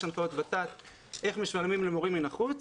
יש הנחיות ות"ת איך משלמים למורים מן החוץ